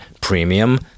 premium